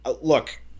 Look